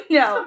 no